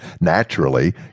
Naturally